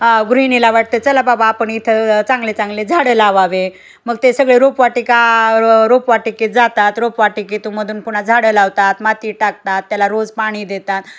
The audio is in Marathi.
गृहिणीला वाटते चला बाबा आपण इथं चांगले चांगले झाडं लावावे मग ते सगळे रोपवाटिका र रोपवाटिकेत जातात रोपवाटिकेतून मधून पुन्हा झाडे लावतात माती टाकतात त्याला रोज पाणी देतात